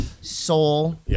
soul